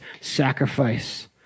sacrifice